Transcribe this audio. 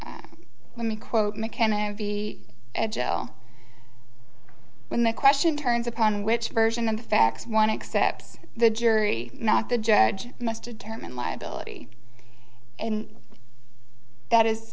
let me quote mckenna d when the question turns upon which version of the facts one except the jury not the judge must determine liability and that is